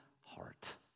heart